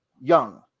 young